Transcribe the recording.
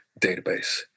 database